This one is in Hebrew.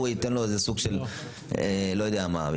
הוא ייתן לו סוג של לא יודע מה.